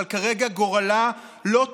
אבל כרגע גורלה לוט